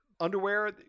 underwear